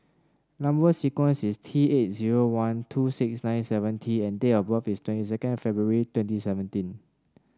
number sequence is T eight zero one two six nine seven T and date of birth is twenty second February twenty seventeen